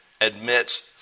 admits